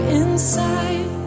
inside